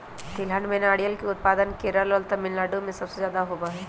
तिलहन में नारियल के उत्पादन केरल और तमिलनाडु में सबसे ज्यादा होबा हई